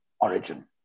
origin